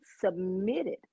submitted